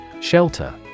Shelter